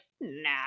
nah